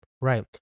right